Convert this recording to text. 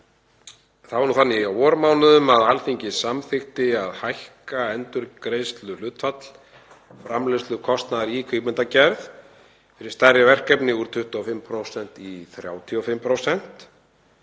Það var nú þannig á vormánuðum að Alþingi samþykkti að hækka endurgreiðsluhlutfall framleiðslukostnaðar í kvikmyndagerð fyrir stærri verkefni úr 25% í 35%.